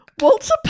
Walter